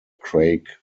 craig